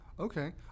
Okay